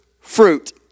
fruit